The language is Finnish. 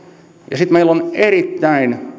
ja sitten meillä on erittäin